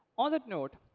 on that note,